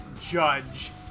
judge